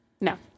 no